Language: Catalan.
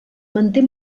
manté